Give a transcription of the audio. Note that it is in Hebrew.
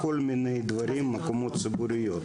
כל מיני דברים כמו מקומות ציבוריים.